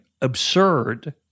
absurd